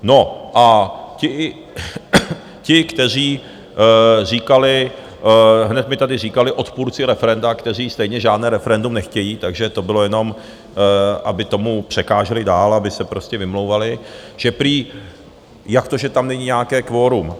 No a ti, kteří říkali, hned mi tady říkali odpůrci referenda, kteří stejně žádné referendum nechtějí, takže to bylo, jen aby tomu překáželi dál, aby se prostě vymlouvali, že prý jak to, že tam není nějaké kvorum?